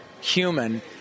human